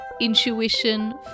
intuition